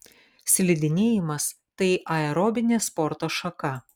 slidinėjimas tai aerobinė sporto šaka